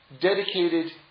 dedicated